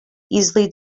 easily